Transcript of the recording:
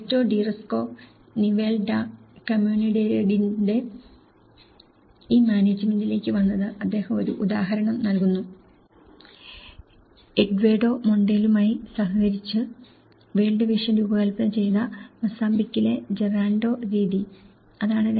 ഗെസ്റ്റോ ഡി റിസ്കോ നിവേൽ ഡാ കമുനിഡേഡിന്റെ ഈ മാനേജ്മെന്റിലേക്ക് വന്നതിന് അദ്ദേഹം ഒരു ഉദാഹരണം നൽകുന്നു എഡ്വേർഡോ മൊണ്ടേലുമായി സഹകരിച്ച് വേൾഡ് വിഷൻ രൂപകൽപ്പന ചെയ്ത മൊസാംബിക്കിലെ ജെറാൻഡോ രീതി അതാണ്